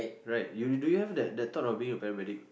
right you do you have that that thought of being a paramedic